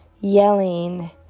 yelling